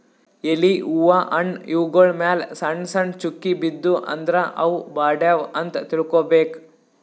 ಎಲಿ ಹೂವಾ ಹಣ್ಣ್ ಇವ್ಗೊಳ್ ಮ್ಯಾಲ್ ಸಣ್ಣ್ ಸಣ್ಣ್ ಚುಕ್ಕಿ ಬಿದ್ದೂ ಅಂದ್ರ ಅವ್ ಬಾಡ್ಯಾವ್ ಅಂತ್ ತಿಳ್ಕೊಬೇಕ್